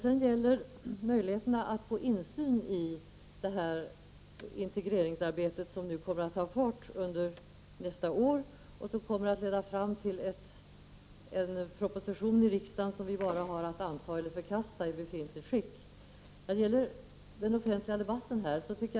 Sedan vill jag ta upp frågan om möjligheterna att få insyn i integrationsarbetet, som kommer att ta fart under nästa år och som kommer att leda fram till en proposition som riksdagen bara har att anta eller förkasta i befintligt skick.